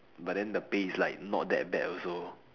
but then the pay is like not that bad also